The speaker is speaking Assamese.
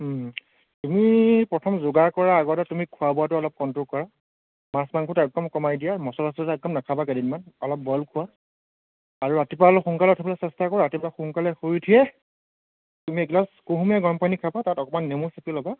তুমি প্ৰথম যোগা কৰাৰ আগতে তুমি খোৱা বোৱাটো অলপ কনট্ৰল কৰা মাছ মাংসটো একদম কমাই দিয়া মছলা চছলা একদম নাখাবা কেইদিনমান অলপ বইল খোৱা আৰু ৰাতিপুৱা অলপ সোনকালে উঠিবলৈ চেষ্টা কৰা ৰাতিপুৱা সোনকালে শুই উঠিয়েই তুমি এগিলাচ কুহুমীয়া গৰম পানী খাবা তাত অকণমান নেমু চেপি ল'বা